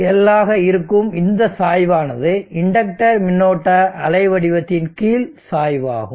VBL ஆக இருக்கும் இந்தச் சாய்வானது இண்டக்டர் மின்னோட்ட அலைவடிவத்தின் கீழ் சாய்வு ஆகும்